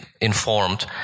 informed